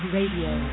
Radio